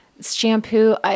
shampoo